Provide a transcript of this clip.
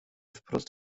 wprost